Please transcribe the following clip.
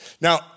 Now